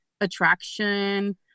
attraction